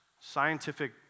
scientific